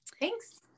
Thanks